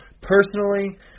personally